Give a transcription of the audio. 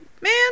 man